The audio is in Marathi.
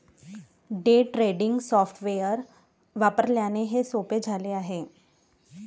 डे ट्रेडिंग सॉफ्टवेअर वापरल्याने हे सोपे झाले आहे